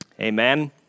Amen